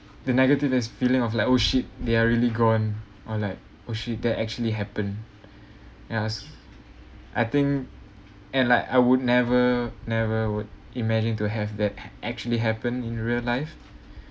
the negative is~ feeling of like oh shit they are really gone or like oh shit that actually happened yes I think and like I would never never would imagine to have that actually happen in real life